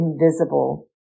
invisible